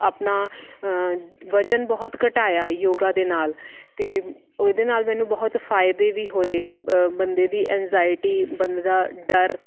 ਆਪਣਾ ਵਜਨ ਬਹੁਤ ਘਟਾਇਆ ਯੋਗਾ ਦੇ ਨਾਲ ਅਤੇ ਇਹਦੇ ਨਾਲ ਮੈਨੂੰ ਬਹੁਤ ਫਾਇਦੇ ਵੀ ਹੋਏ ਬੰਦੇ ਦੀ ਐਨਜਾਇਟੀ ਬੰਦ ਦਾ ਡਰ